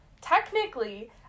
technically